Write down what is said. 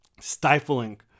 Stifling